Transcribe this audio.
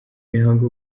imihango